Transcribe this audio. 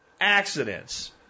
accidents